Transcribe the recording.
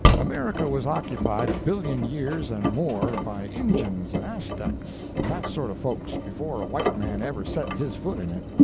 america was occupied a billion years and more, by injuns and aztecs, and that sort of folks, before a white man ever set his foot in it.